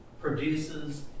produces